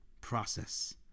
process